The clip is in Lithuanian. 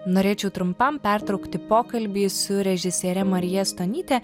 norėčiau trumpam pertraukti pokalbį su režisiere marija stonyte